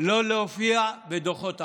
לא להופיע בדוחות העוני.